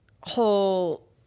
whole